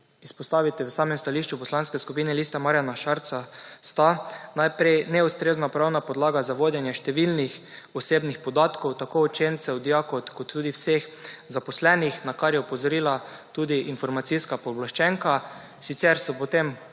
izpostaviti v samem stališču Poslanske skupine Lista Marjana Šarca, sta najprej neustrezna pravna podlaga za vodenje številnih osebnih podatkov, tako učencev, dijakov kot tudi vseh zaposlenih, na kar je opozorila tudi informacijska pooblaščenka, sicer so potem